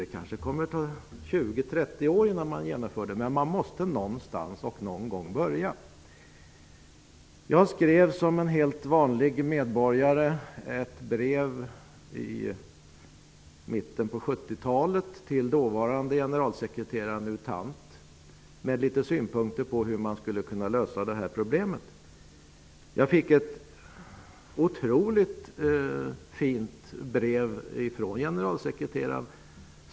Det kan ta 20--30 år innan något genomförs. Men man måste börja någonstans och någon gång. Jag skrev som en helt vanlig medborgare i början av 70-talet ett brev till dåvarande generalsekreteraren U Thant och framförde synpunkter på hur problemet kunde lösas. Jag fick ett otroligt fint brev från generalsekreteraren.